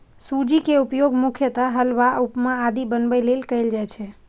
सूजी के उपयोग मुख्यतः हलवा, उपमा आदि बनाबै लेल कैल जाइ छै